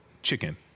chicken